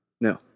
No